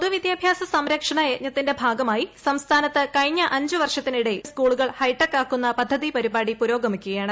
പൊതു വിദ്യാഭ്യാസ സംരക്ഷണ് യജ്ഞത്തിന്റെ ഭാഗമായി സംസ്ഥാനത്ത് കഴിഞ്ഞ അഞ്ചു വർഷത്തിനിടെ സ്കൂളുകൾ ഹൈടെക്കാക്കുന്ന പദ്ധതി പരിപാടി പുരോഗമിക്കുകയാണ്